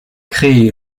créé